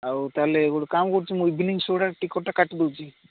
ଆଉ ତା'ହେଲେ ଗୋଟେ କାମ କରୁଛି ମୁଁ ଇଭିନିଂ ସୋଟା ଟିକେଟ୍ଟା କାଟିଦେଉଛି